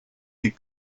des